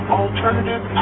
alternative